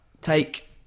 take